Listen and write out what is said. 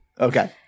Okay